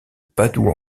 padoue